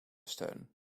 steun